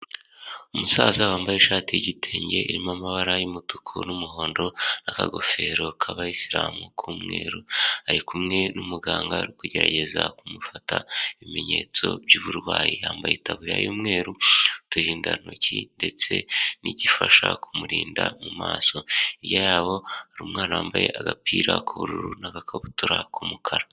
Umusaza wambaye ishati y'igitenge irimo amabara y'umutuku n'umuhondo n'akagofero k'abayisilamu k'umweru ari kumwe n'umuganga uri kugerageza kumufata ibimenyetso by'uburwayi yambaye itaburiya y'umweru, uturindantoki ndetse n'igifasha kumurinda mu maso imbere yabo hari umwana wambaye agapira k'ubururu n'agakabutura k'umukara.